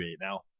now